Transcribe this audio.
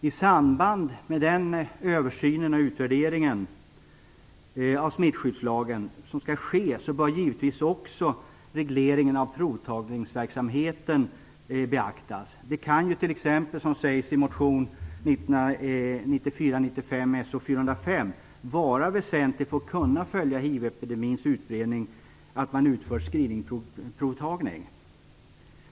I samband med den översyn och utvärdering av smittskyddslagen som skall ske bör givetvis också regleringen av provtagningsverksamheten beaktas. Det kan t.ex., som sägs i motion 1994/95:So405, vara väsentligt att kunna följa hiv-epidemins utbredning genom screeningprovtagning.